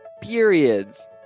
periods